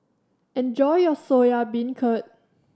enjoy your Soya Beancurd